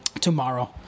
tomorrow